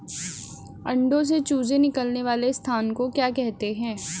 अंडों से चूजे निकलने वाले स्थान को क्या कहते हैं?